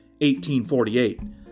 1848